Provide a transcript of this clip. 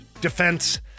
defense